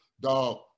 Dog